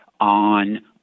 On